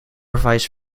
vice